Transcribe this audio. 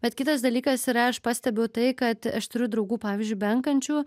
bet kitas dalykas yra aš pastebiu tai kad aš turiu draugų pavyzdžiui beankančių